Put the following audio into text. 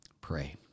pray